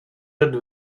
had